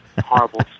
horrible